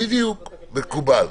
בדיוק, מקובל.